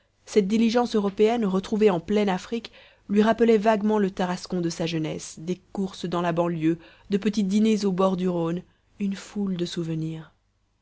cette diligence européenne retrouvée en pleine afrique lui rappelait vaguement le tarascon de sa jeunesse des courses dans la banlieue de petits dîners au bord du rhône une foule de souvenirs